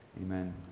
Amen